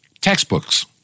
textbooks